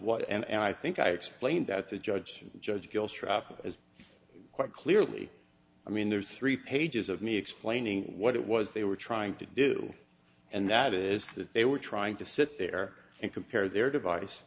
that was and i think i explained that the judge judge kills traffic as quite clearly i mean there's three pages of me explaining what it was they were trying to do and that is that they were trying to sit there and compare their device